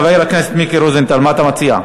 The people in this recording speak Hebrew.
חבר הכנסת מיקי רוזנטל, מה אתה מציע?